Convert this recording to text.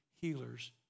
healers